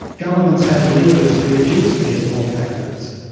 governments have levers to reduce these pull factors.